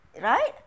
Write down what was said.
Right